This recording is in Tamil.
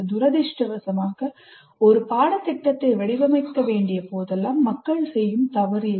துரதிர்ஷ்டவசமாக ஒரு பாடத்திட்டத்தை வடிவமைக்க வேண்டிய போதெல்லாம் மக்கள் செய்யும் தவறு இது